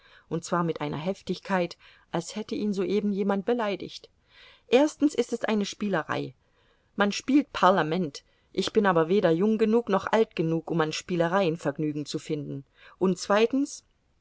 und zwar mit einer heftigkeit als hätte ihn soeben jemand beleidigt erstens ist es eine spielerei man spielt parlament ich bin aber weder jung genug noch alt genug um an spielereien vergnügen zu finden und zweitens